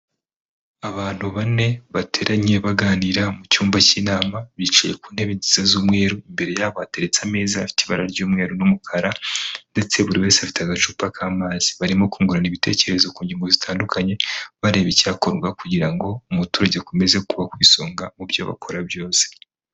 Abantu bane bateranye baganira mu cyumba cy'inama bicaye ku ntebe gisa z'umweru imbere yabo hateretse ameza afite ibara ry'umweru n'umukara, ndetse buri wese afite agacupa k'amazi barimo kungurana ibitekerezo ku ngingo zitandukanye bareba icyakorwa kugira ngo umuturage akomeze kubaho ku isonga mu byo bakora byose.